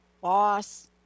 Boss